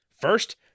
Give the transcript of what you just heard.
First